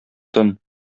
тын